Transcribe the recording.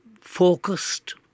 focused